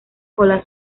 cola